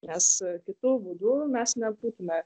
nes kitu būdu mes nebūtume